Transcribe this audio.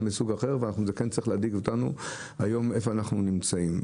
או מסוג אחר וזה כן צריך להדאיג אותנו היום איפה אנחנו נמצאים.